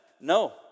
No